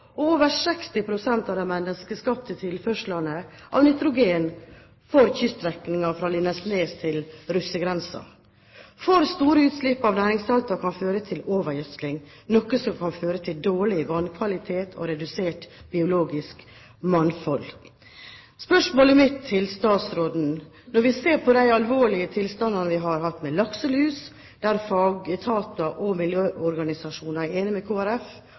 og over 60 pst. av de menneskeskapte tilførslene av nitrogen på kyststrekningen fra Lindesnes til russergrensen. For store utslipp av næringssalter kan føre til overgjødsling, noe som igjen kan føre til dårlig vannkvalitet og redusert biologisk mangfold. Når vi ser på de alvorlige tilstandene vi har hatt med lakselus, der fagetater og miljøorganisasjoner er enig med